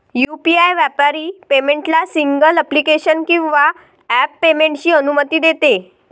UPI व्यापारी पेमेंटला single application किंवा ॲप पेमेंटची अनुमती देते